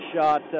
shot